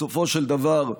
בסופו של דבר,